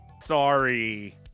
sorry